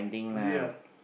yeah